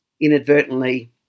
inadvertently